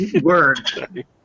Word